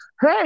Hey